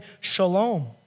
shalom